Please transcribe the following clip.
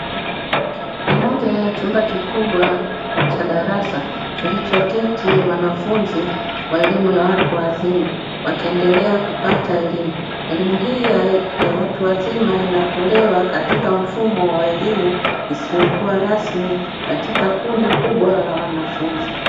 Kwenye moja ya chumba kikubwa cha darasa kilichoketi wanafunzi wa elimu ya watu wazima wakiendelea kupata elimu, elimu hii ya watu wazima inatolewa katika mfumo wa elimu isiyokuwa rasmi katika kundi kubwa la wanafunzi.